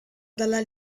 dalla